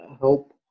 help